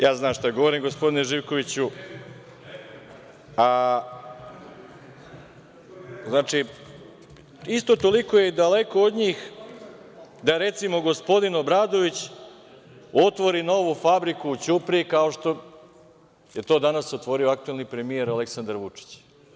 Ja znam šta govorim, gospodine Živkoviću, a isto toliko je daleko od njih da, recimo, gospodin Obradović otvori novu fabriku u Ćupriji, kao što je to danas otvorio aktuelni premijer Aleksandar Vučić.